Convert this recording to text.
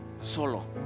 solo